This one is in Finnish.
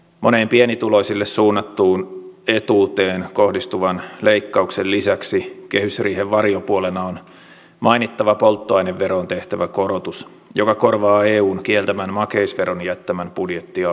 monen pienituloisille suunnattuun etuuteen kohdistuvan leikkauksen lisäksi kehysriihen varjopuolena on mainittava polttoaineveroon tehtävä korotus joka korvaa eun kieltämän makeisveron jättämän budjettiaukon